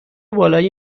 بالای